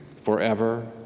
forever